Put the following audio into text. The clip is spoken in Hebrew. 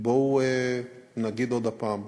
בואו נגיד עוד הפעם: